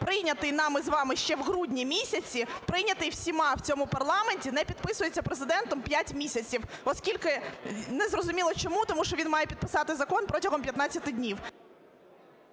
прийнятий нами з вами ще в грудні місяці, прийнятий всіма в цьому парламенті, не підписується Президентом 5 місяців, скільки… не зрозуміло чому, тому що він має підписати закон протягом 15 днів.